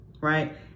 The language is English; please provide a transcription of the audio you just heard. right